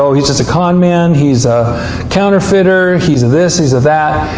so he's just a con man. he's a counterfeiter. he's a this. he's a that.